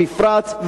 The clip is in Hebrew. המפרץ,